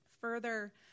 Further